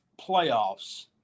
playoffs